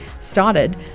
started